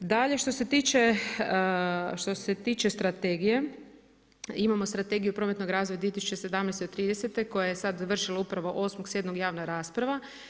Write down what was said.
Dalje, što se tiče strategije, imamo strategiju prometnog razvoja 2017.-2030. koja je sad vršila 8.7. javna rasprava.